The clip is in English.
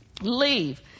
leave